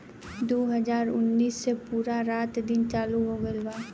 दु हाजार उन्नीस से पूरा रात दिन चालू हो गइल बा